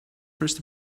first